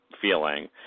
feeling